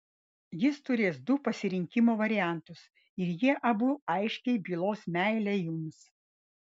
jis turės du pasirinkimo variantus ir jie abu aiškiai bylos meilę jums